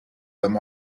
them